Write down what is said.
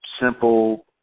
simple